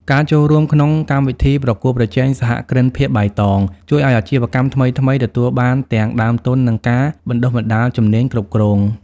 ការចូលរួមក្នុងកម្មវិធីប្រកួតប្រជែងសហគ្រិនភាពបៃតង ជួយឱ្យអាជីវកម្មថ្មីៗ ទទួលបានទាំងដើមទុន និងការបណ្ដុះបណ្ដាលជំនាញគ្រប់គ្រង។